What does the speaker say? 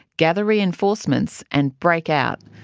gather reinforcements and break out.